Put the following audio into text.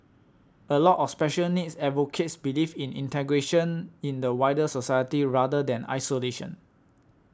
a lot of special needs advocates believe in integration in the wider society rather than isolation